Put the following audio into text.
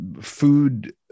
Food